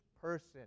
person